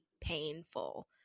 painful